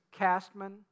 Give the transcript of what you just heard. castman